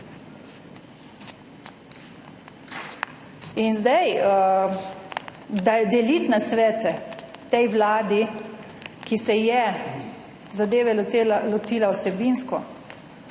In zdaj, deliti nasvete tej vladi, ki se je zadeve lotila vsebinsko,